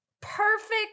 perfect